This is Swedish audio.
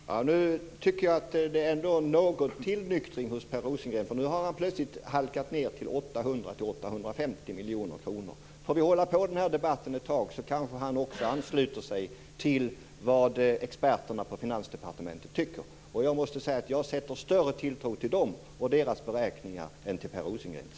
Herr talman! Nu tycker jag att det ändå finns en tillnyktring hos Per Rosengren. Nu har han plötsligt halkat ned till 800-850 miljoner kronor. Om vi får fortsätta debatten ett tag ansluter han kanske också sig till vad experterna på Finansdepartementet tycker. Jag sätter större tilltro till dem och deras beräkningar än till Per Rosengrens.